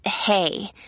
hey